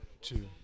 Two